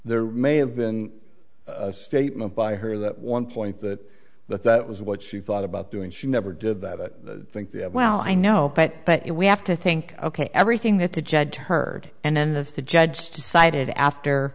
there may have been a statement by her that one point that that that was what she thought about doing she never did that well i know but but we have to think ok everything that the judge heard and then the judge decided after